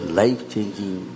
life-changing